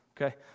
Okay